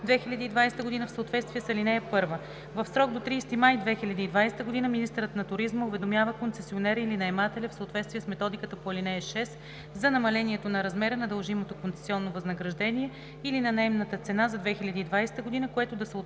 2020 г. в съответствие с ал. 1. В срок до 30 май 2020 г. министърът на туризма уведомява концесионера или наемателя в съответствие с методиката по ал. 6 за намалението на размера на дължимото концесионно възнаграждение или на наемната цена за 2020 г., което да съответства